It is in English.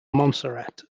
montserrat